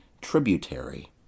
tributary